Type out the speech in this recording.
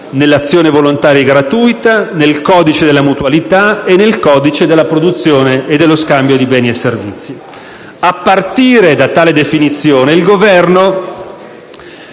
nell'azione volontaria e gratuita, nel codice della mutualità e nel codice della produzione e dello scambio di beni e servizi. A partire da tale definizione, il Governo